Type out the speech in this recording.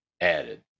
added